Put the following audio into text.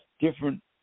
different